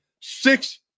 six